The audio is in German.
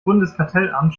bundeskartellamt